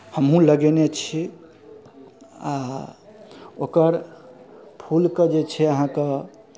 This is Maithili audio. हमहूँ लगेने छी आ ओकर फूलके जे छै अहाँकेँ